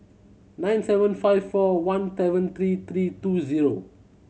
nine seven five four one seven three three two zero